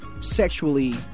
sexually